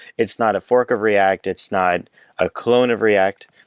it's not a fork of react, it's not a clone of react,